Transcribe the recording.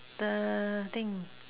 the thing